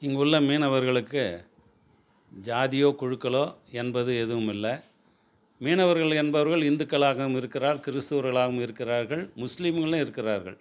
இங்குள்ள மீனவர்களுக்கு ஜாதியோ குழுக்களோ என்பது எதுவுமில்லை மீனவர்கள் என்பவர்கள் இந்துக்களாகவும் இருக்கிறார் கிறிஸ்துவர்களாகவும் இருக்கிறார்கள் முஸ்லீம்களும் இருக்கிறார்கள்